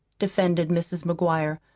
defended mrs. mcguire.